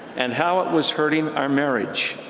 and how it was hurting our marriage.